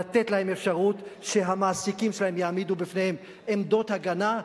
לתת להם אפשרות שהמעסיקים שלהם יעמידו בפניהם עמדות הגנה,